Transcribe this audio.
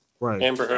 Right